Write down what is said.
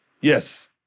Yes